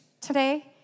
today